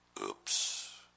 oops